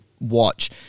watch